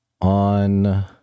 on